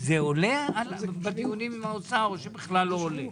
זה עולה בדיונים עם האוצר או כלל לא עולה?